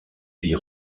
vit